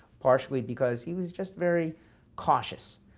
partially because he was just very cautious.